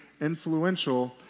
influential